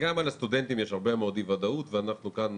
גם לסטודנטים יש הרבה מאוד אי ודאות, וכולנו